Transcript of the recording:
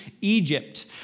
Egypt